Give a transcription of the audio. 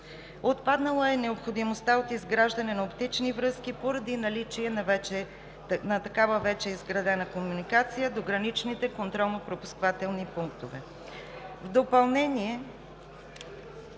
Отпаднала е необходимостта от изграждане на оптични връзки поради наличие на изградена вече такава комуникация до граничните контролно-пропускателни пунктове.